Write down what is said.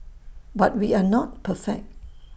but we are not perfect